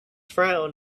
frown